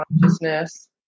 consciousness